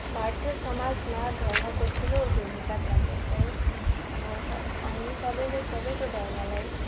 भारतीय समाजमा धर्मको ठुलो भूमिका छ जस्तै अब अनि सबैले सबैको धर्मलाई